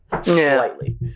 Slightly